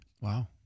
Wow